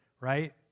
right